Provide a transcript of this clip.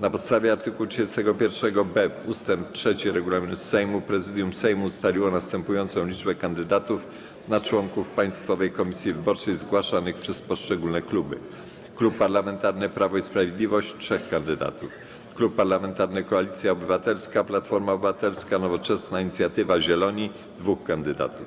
Na podstawie art. 31b ust. 3 regulaminu Sejmu Prezydium Sejmu ustaliło następującą liczbę kandydatów na członków Państwowej Komisji Wyborczej zgłaszanych przez poszczególne kluby: - Klub Parlamentarny Prawo i Sprawiedliwość - trzech kandydatów, - Klub Parlamentarny Koalicja Obywatelska - Platforma Obywatelska, Nowoczesna, Inicjatywa Polska, Zieloni - dwóch kandydatów,